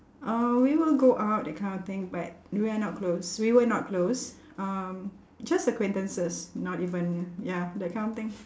uh we will go out that kind of thing but we are not close we were not close um just acquaintances not even ya that kind of thing